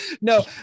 no